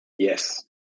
Yes